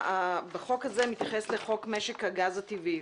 החוק הזה מתייחס לחוק משק הגז הטבעי.